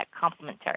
complementary